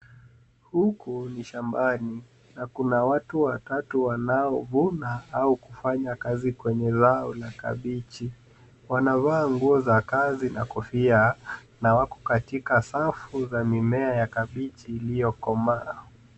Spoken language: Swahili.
Huku ni shambani na kuna watu watatu wanaovuna au kufanya kazi kwenye zao la kabichi. Wanavaa nguo za kazi na kofia na wako katika safu za mimea ya kabichi iliyo komaa.